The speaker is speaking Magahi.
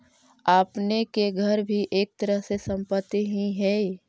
आपने के घर भी एक तरह के संपत्ति ही हेअ